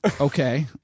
Okay